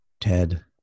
Ted